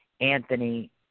Anthony